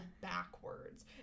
backwards